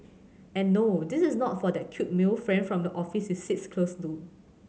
and no this is not for that cute male friend from the office you sits close to